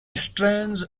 strange